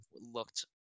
looked